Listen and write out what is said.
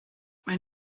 wenn